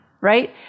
right